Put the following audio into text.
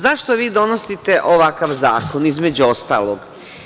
Zašto vi donosite ovakav zakon, između ostalog?